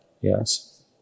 yes